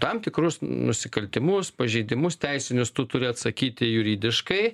tam tikrus nusikaltimus pažeidimus teisinius tu turi atsakyti juridiškai